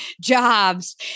jobs